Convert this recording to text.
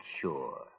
sure